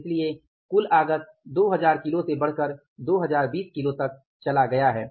इसीलिए कुल आगत 2000 किलो से बढ़कर 2020 किलो तक चला गया है